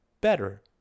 better